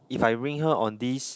if I ring her on this